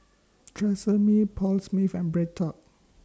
Tresemme Paul Smith and BreadTalk